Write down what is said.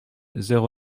zéro